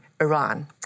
Iran